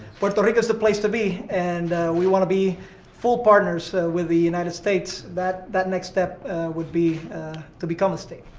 but rico's the place to be, and we want to be full partners so with the united states. that that next step would be to become a state.